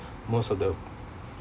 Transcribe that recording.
most of the